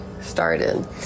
started